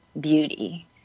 beauty